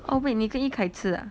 oh wait 你跟 yikai 吃 ah